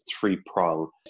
three-prong